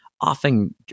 often